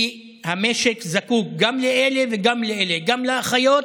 כי המשק זקוק גם לאלה וגם לאלה, גם לאחיות